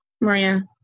Maria